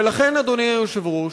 ולכן, אדוני היושב-ראש,